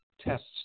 tests